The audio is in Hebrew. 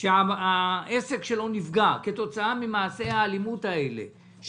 העסק שלו נפגע כתוצאה ממעשי האלימות האלה,